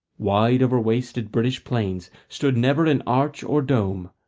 wide over wasted british plains stood never an arch or dome,